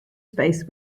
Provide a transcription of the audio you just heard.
space